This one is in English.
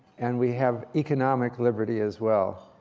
and we have economic liberty as well.